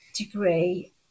degree